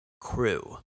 crew